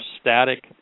static